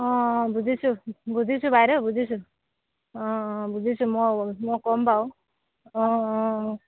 অঁ অঁ বুজিছোঁ বুজিছোঁ বাইদেউ বুজিছোঁ অঁ অঁ বুজিছোঁ মই মই কম বাও অঁ অঁ অঁ